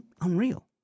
unreal